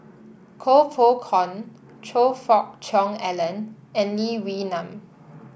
Koh Poh Koon Choe Fook Cheong Alan and Lee Wee Nam